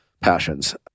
passions